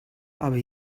aber